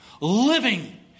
living